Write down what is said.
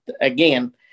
again